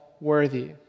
worthy